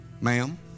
ma'am